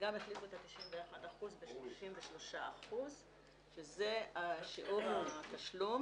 וגם החליפו את ה-91% ב-33% שזה שיעור התשלום